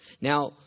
Now